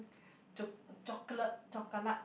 choc~ chocolate chocolate